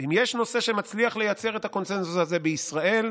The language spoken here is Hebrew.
אם יש נושא שמצליח לייצר את הקונסנזוס הזה בישראל,